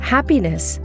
Happiness